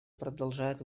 продолжает